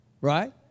right